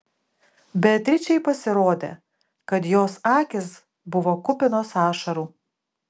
beatričei pasirodė kad jos akys buvo kupinos ašarų